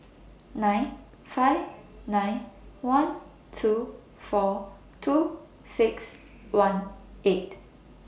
nine five nine one two four two six one eight